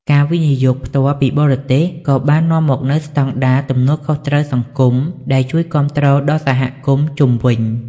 វិនិយោគផ្ទាល់ពីបរទេស ក៏បាននាំមកនូវស្ដង់ដារ "ទំនួលខុសត្រូវសង្គម" ដែលជួយគាំទ្រដល់សហគមន៍ជុំវិញ។